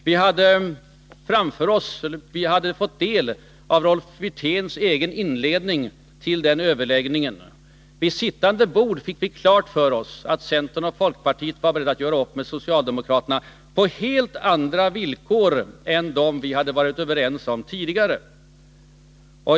Vi hade | fått ta del av Rolf Wirténs egen inledning till den överläggningen. Vid sittande bord fick vi sedan klart för oss att centern och folkpartiet var | beredda att göra upp med socialdemokraterna på helt andra villkor än dem vi i regeringen hade varit överens om tidigare.